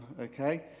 okay